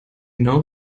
know